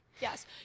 Yes